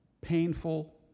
painful